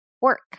work